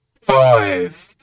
five